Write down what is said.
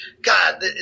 god